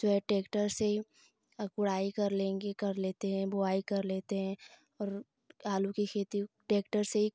अब जो है ट्रैक्टर से हीं गोड़ाई कर लेंगी कर लेते हैं बोआई कर लेते हैं आलू की खेती ट्रैक्टर से ही